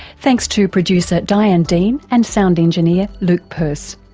thanks to producer diane dean and sound engineer luke purse.